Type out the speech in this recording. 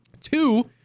Two